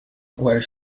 where